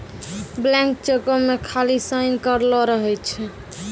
blank चेको मे खाली साइन करलो रहै छै